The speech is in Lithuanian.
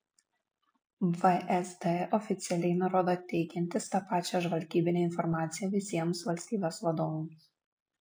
vsd oficialiai nurodo teikiantis tą pačią žvalgybinę informaciją visiems valstybės vadovams